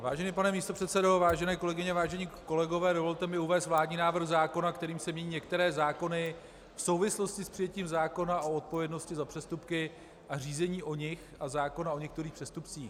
Vážený pane místopředsedo, vážené kolegyně, vážení kolegové, dovolte mi uvést vládní návrh zákona, kterým se mění některé zákony v souvislosti s přijetím zákona o odpovědnosti za přestupky a řízení o nich a zákona o některých přestupcích.